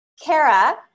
Kara